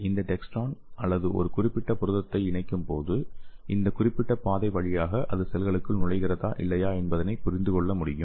இந்த டெக்ஸ்ட்ரான் அல்லது இந்த குறிப்பிட்ட புரதத்தை இணைக்கும்போது இந்த குறிப்பிட்ட பாதை வழியாக அது செல்களுக்குள் நுழைகிறதா இல்லையா என்பதை புரிந்து கொள்ள முடியும்